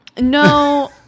No